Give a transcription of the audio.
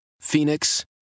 Phoenix